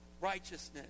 righteousness